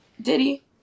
Diddy